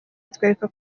atwereka